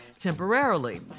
temporarily